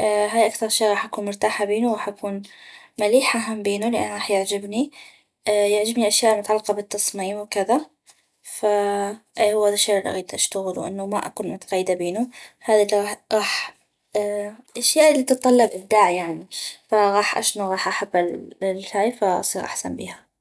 هاي أكثغ شي غاح أكون مرتاحة بينو وغاح اكون مليحة هم بينو لأن غاح يعجبني يعجبني أشياء متعلقة بالتصميم وكذا ف اي هو هذا الشي الي اغيد اشتغلو انو ما اكون متقيدة بينو هذي الي غاح الأشياء تطلب إبداع يعني فاشنو غاح احبا للهاي ف اصيغ احسن بيها